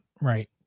right